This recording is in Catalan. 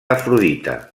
afrodita